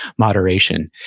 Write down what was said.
moderation.